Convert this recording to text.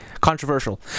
controversial